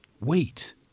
Wait